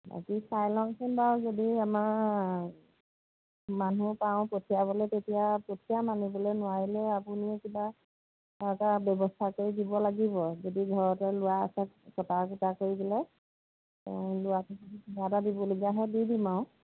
বাকী চাই লওঁচোন বাও যদি আমাৰ মানুহ পাওঁ পঠিয়াবলে তেতিয়া পঠিয়াম আনিবলে নোৱাৰিলে আপুনি কিবা এটা ব্যৱস্থা কৰি দিব লাগিব যদি ঘৰতে লোৱা আছে কৰি পেলাই লোৱাটো এটা দিবলগীয়া হয় দি দিম আও